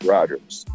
Rodgers